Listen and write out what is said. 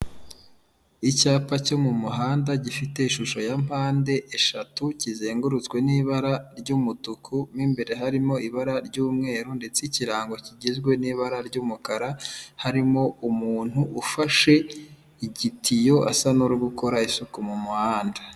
Icyapa cyo mu muhanda gifite ishusho ya mpande eshatu kizengurutswe n'ibara ry'umutuku n'imbere harimo ibara ry'umweru ndetse n' ikirango kigizwe n'ibara ry'umukara, harimo umuntu ufashe igitiyo asa n'uri gukora isuku mu muhanda.